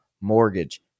mortgage